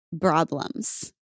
problems